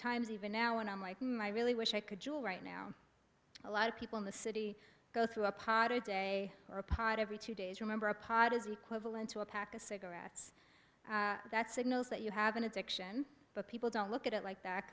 times even now when i'm like my really wish i could jewel right now a lot of people in the city go through a pot a day or pot every two days remember a pot is equivalent to a pack of cigarettes that signals that you have an addiction but people don't look at it like that